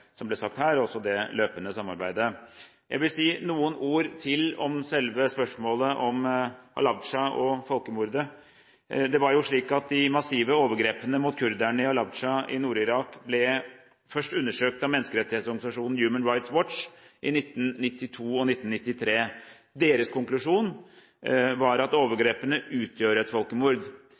som ble sagt her, og også det løpende samarbeidet. Jeg vil si noen ord til om selve spørsmålet om Halabja og folkemordet. Det var jo slik at de massive overgrepene mot kurderne i Halabja i Nord-Irak først ble undersøkt av menneskerettighetsorganisasjonen Human Rights Watch i 1992 og 1993. Deres konklusjon var at overgrepene utgjorde et folkemord.